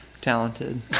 talented